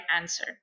answer